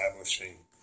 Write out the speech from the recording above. establishing